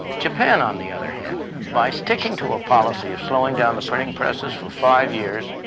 japan, on the other hand, by sticking to a policy of slowing down the printing presses for five years,